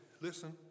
listen